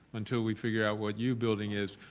until we figure what u building is,